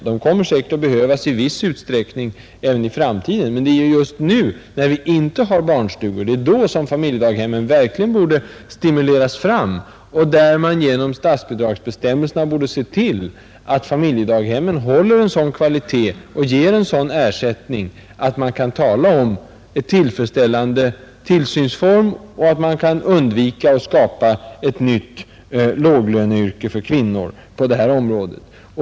De kommer säkert att behövas i viss utsträckning även i framtiden, men det är nu, när vi inte har barnstugor, som familjedaghemmen borde stimuleras fram och som man borde se till att familjedaghemmen håller en sådan kvalitet och ger en sådan ersättning att man kan tala om en tillfredsställande tillsynsform och undvika att skapa ett nytt låglöneyrke för kvinnor på det här området.